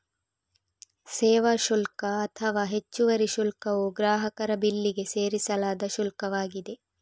ಸೇವಾ ಶುಲ್ಕ ಅಥವಾ ಹೆಚ್ಚುವರಿ ಶುಲ್ಕವು ಗ್ರಾಹಕರ ಬಿಲ್ಲಿಗೆ ಸೇರಿಸಲಾದ ಶುಲ್ಕವಾಗಿದೆ